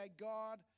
God